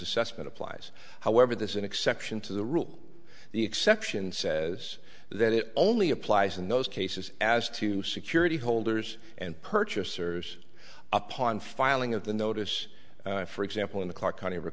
assessment applies however this is an exception to the rule the exception says that it only applies in those cases as to security holders and purchasers upon filing of the notice for example in the cl